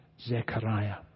Zechariah